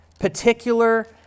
particular